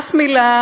אף מילה